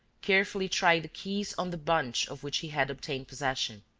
carefully tried the keys on the bunch of which he had obtained possession.